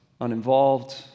uninvolved